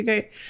Okay